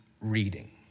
reading